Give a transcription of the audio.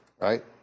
Right